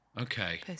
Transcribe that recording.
Okay